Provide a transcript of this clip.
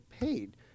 paid